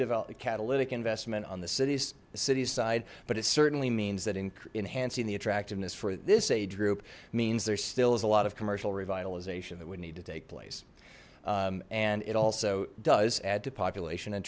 develop the catalytic investment on the city city side but it certainly means that enhancing the attractiveness for this age group means there still is a lot of commercial revitalization that would need to take place and it also does add to population and